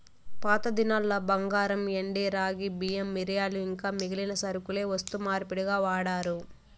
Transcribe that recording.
పాతదినాల్ల బంగారు, ఎండి, రాగి, బియ్యం, మిరియాలు ఇంకా మిగిలిన సరకులే వస్తు మార్పిడిగా వాడారు